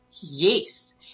Yes